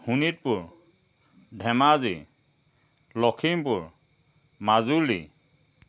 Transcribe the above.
Sonitpur Dhemaji Lakhimpur Majuli